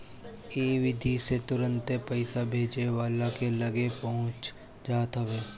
इ विधि से तुरंते पईसा भेजे वाला के लगे पहुंच जात हवे